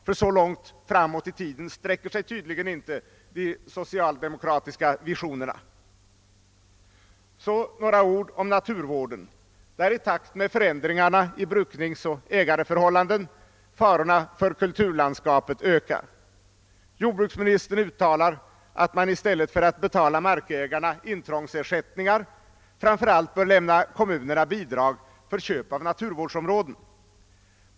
Så långt sträcker sig tydligen inte de socialdemokratiska visionerna. Så några ord om naturvården, där i takt med förändringarna i brukningsoch ägareförhållandena farorna för kulturlandskapet ökar. Jordbruksministern uttalar att man i stället för att betala markägarna intrångsersättningar framför allt bör lämna kommunerna bidrag för köp av naturvårdsområden.